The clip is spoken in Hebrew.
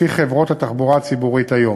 לפי חברות התחבורה הציבורית היום.